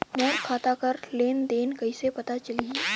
मोर खाता कर लेन देन कइसे पता चलही?